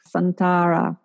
Santara